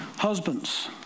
Husbands